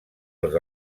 els